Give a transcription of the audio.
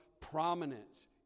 prominence